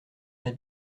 très